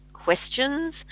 questions